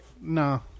No